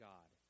God